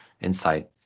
insight